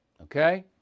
okay